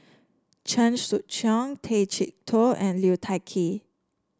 Chen Sucheng Tay Chee Toh and Liu Thai Ker